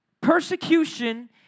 Persecution